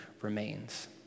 remains